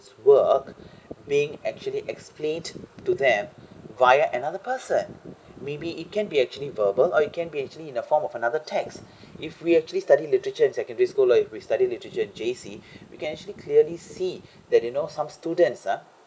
work being actually explained to to them via another person maybe it can be actually verbal or it can be actually in the form of another text if we actually studied literature in secondary school or if we studied literature J_C we can actually clearly see that you know some students ah